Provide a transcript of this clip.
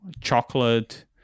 chocolate